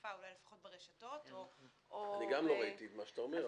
התקפה אולי לפחות ברשתות או ב- -- אני גם לא ראיתי את מה שאתה אומר.